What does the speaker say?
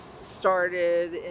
started